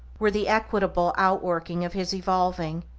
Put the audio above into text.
were the equitable outworking of his evolving,